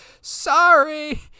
sorry